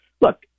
look